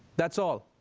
that's all.